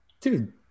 Dude